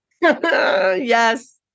Yes